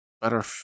better